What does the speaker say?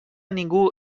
ningú